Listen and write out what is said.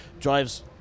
drives